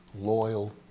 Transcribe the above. loyal